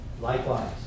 likewise